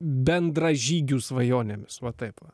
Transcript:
bendražygių svajonėmis va taip va